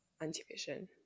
anti-vision